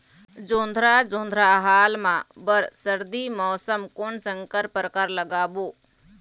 जोंधरा जोन्धरा हाल मा बर सर्दी मौसम कोन संकर परकार लगाबो?